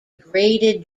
graded